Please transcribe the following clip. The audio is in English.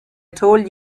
told